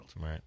Right